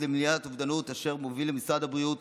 למניעת אובדנות אשר מוביל משרד הבריאות.